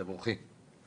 תבורכי.